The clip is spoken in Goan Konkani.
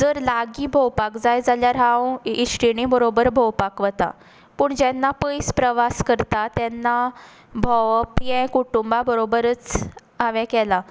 जर लागीं भोंवपाक जाय जाल्यार हांव इश्टीणी बरोबर भोंवपाक वतां पूण जेन्ना पयस प्रवास करता तेन्ना भोंवप हें कुटूंबा बरोबरच हांवे केलां